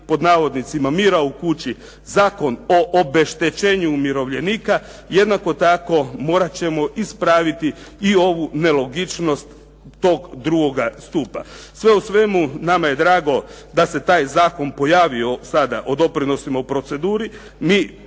radi "mira u kući" Zakon o obeštećenju umirovljenika jednako tako morat ćemo ispraviti i ovu nelogičnost tog drugoga stupa. Sve u svemu, nama je drago da se taj Zakon pojavio sada o doprinosima u proceduri. Mi podržavamo